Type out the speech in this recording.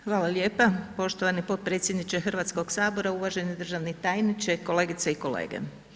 Hvala lijepa poštovani potpredsjedniče Hrvatskoga sabora, uvaženi državni tajniče, kolegice i kolege.